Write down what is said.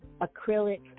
acrylic